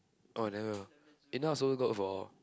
oh I never eh now also got for